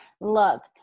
look